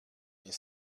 viņa